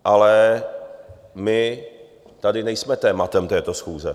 Ale my tady nejsme tématem této schůze.